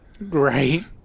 Right